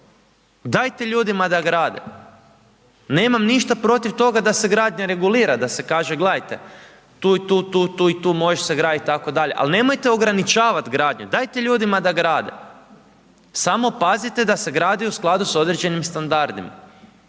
Dajte ljudima da grade, nemam ništa protiv toga da se gradnja regulira, da se kaže gledajte, tu, tu, tu i tu može se graditi itd. ali nemojte ograničavat gradnju, dajte ljudima da grade. Samo pazite da se gradi u skladu s određenim standardima.